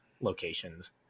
locations